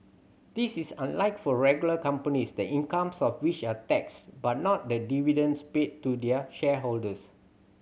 this is unlike for regular companies the incomes of which are taxed but not the dividends paid to their shareholders